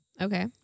Okay